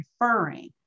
referring